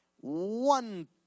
one